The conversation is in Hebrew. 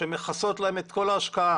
שמכסות להם את כל ההשקעה,